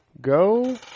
Go